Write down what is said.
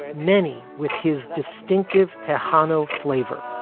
and many with his distinctive kahana flavor.